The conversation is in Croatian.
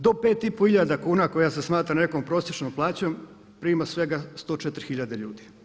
Do pet i pol hiljada kuna koja se smatra nekom prosječnom plaćom prima svega 104 hiljade ljude.